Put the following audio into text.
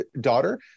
Daughter